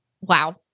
Wow